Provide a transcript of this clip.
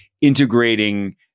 integrating